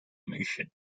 mission